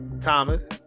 Thomas